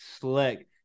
slick